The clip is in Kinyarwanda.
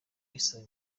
asaba